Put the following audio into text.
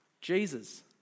Jesus